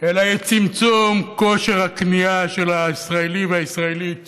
אלא צמצום כושר הקנייה של הישראלי והישראלית